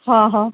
हा हा